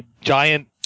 giant